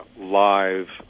live